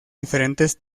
diferentes